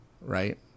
Right